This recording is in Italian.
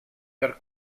per